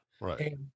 Right